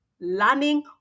learning